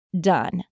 done